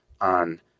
on